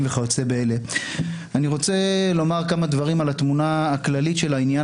מ-11 וכיוצא באלה שמותיר את הקביעה,